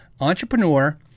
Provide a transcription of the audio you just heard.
entrepreneur